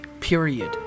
period